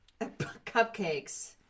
cupcakes